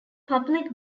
public